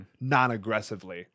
non-aggressively